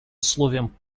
условием